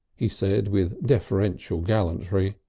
he said with deferential gallantry.